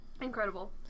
Incredible